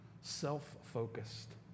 self-focused